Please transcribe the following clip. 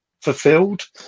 fulfilled